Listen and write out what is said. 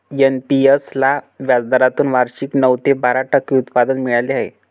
NPS ला व्याजदरातून वार्षिक नऊ ते बारा टक्के उत्पन्न मिळाले आहे